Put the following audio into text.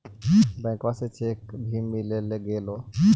बैंकवा से चेक भी मिलगेलो?